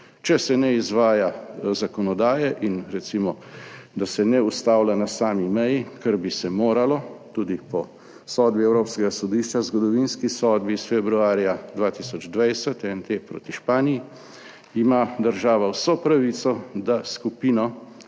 Če se ne izvaja zakonodaje in recimo, da se ne ustavlja na sami meji, kar bi se moralo tudi po sodbi Evropskega sodišča, zgodovinski sodbi iz februarja 2020 NT proti Španiji, ima država vso pravico, da skupino,